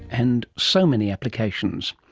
and so many applications.